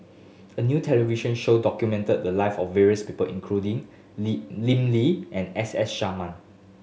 a new television show documented the live of various people including Lim Lee and S S Sarma